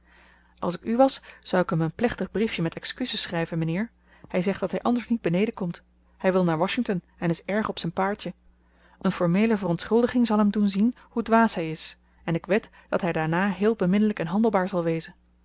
als ik u was zou ik hem een plechtig briefje met excuses schrijven mijnheer hij zegt dat hij anders niet beneden komt hij wil naar washington en is erg op zijn paardje een formeele verontschuldiging zal hem doen zien hoe dwaas hij is en ik wed dat hij daarna heel beminnelijk en handelbaar zal wezen